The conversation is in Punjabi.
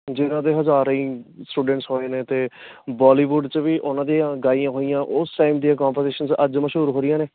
ਜਿਨ੍ਹਾਂ ਦੇ ਹਜ਼ਾਰਾਂ ਹੀ ਸਟੂਡੈਂਟਸ ਹੋਏ ਨੇ ਅਤੇ ਬੋਲੀਵੁੱਡ 'ਚ ਵੀ ਉਹਨਾਂ ਦੀਆਂ ਗਾਈਆਂ ਹੋਈਆਂ ਉਸ ਟਾਈਮ ਦੀਆਂ ਕੰਪੋਜੀਸ਼ਨਸ ਅੱਜ ਮਸ਼ਹੂਰ ਹੋ ਰਹੀਆਂ ਨੇ